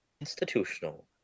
institutional